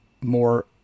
more